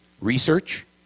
research